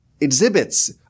exhibits